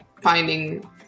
finding